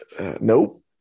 Nope